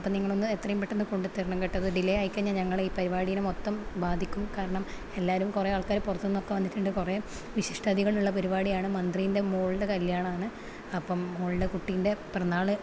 അപ്പം നിങ്ങളൊന്ന് എത്രയും പെട്ടെൻ കൊണ്ടുതരണം കെട്ടോ അത് ഡിലെ ആയി കഴിഞ്ഞാൽ ഞങ്ങള് ഈ പരിപാടിയുടെ മൊത്തം ബാധിക്കും കാരണം എല്ലാവരും കുറെ ആൾക്കാര് പുറത്ത് നിന്ന് ഒക്കെ വന്നിട്ടുണ്ട് കുറെ വിശിഷ്ടതിഥികൾ ഉള്ള പരിപാടിയാണ് മന്ത്രിൻ്റെ മോളുടെ കല്യാണം ആണ് അപ്പം മോളുടെ കുട്ടിൻ്റെ പിറന്നാള്